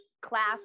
class